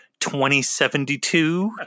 2072